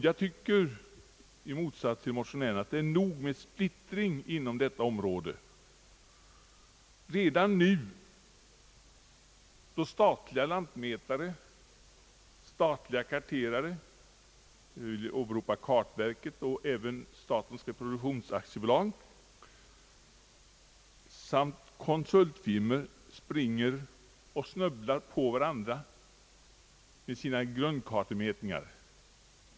Jag tycker i motsats till motionärerna att det är nog med splittring på detta område redan nu då statliga lantmätare, statliga karterare, personal från kartverket och statens reproduktionsaktiebolag samt konsultfirmor springer och snubblar på varandra med sina grundkartemätningar.